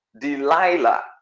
Delilah